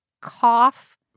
cough